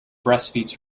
breastfeeds